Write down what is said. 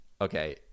okay